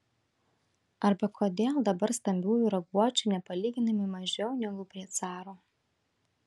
arba kodėl dabar stambiųjų raguočių nepalyginamai mažiau negu prie caro